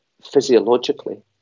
physiologically